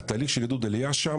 התהליך של עידוד עלייה שם,